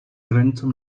granicą